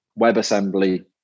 WebAssembly